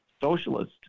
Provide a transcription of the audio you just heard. socialist